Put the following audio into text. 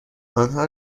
آنها